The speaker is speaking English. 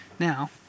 Now